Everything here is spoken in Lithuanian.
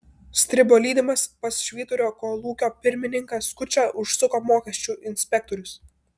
stribo lydimas pas švyturio kolūkio pirmininką skučą užsuko mokesčių inspektorius